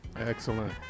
Excellent